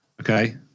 Okay